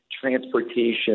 transportation